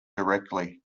directly